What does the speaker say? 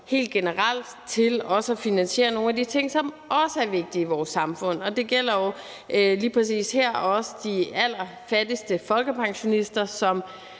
helt generelt til også at finansiere nogle af de ting, som også er vigtige i vores samfund, og det gælder jo lige præcis her også de allerfattigste folkepensionister, som